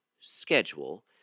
schedule